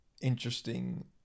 interesting